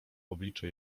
oblicze